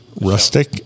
Rustic